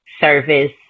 service